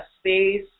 space